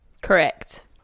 Correct